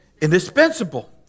Indispensable